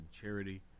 Charity